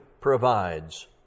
provides